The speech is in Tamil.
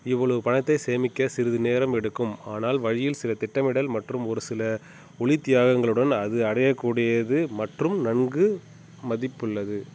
இவ்வளவு பணத்தை சேமிக்க சிறிது நேரம் எடுக்கும் ஆனால் வழியில் சில திட்டமிடல் மற்றும் ஒரு சில ஒளி தியாகங்களுடன் அது அடையக்கூடியது மற்றும் நன்கு மதிப்புள்ளது